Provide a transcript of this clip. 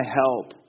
help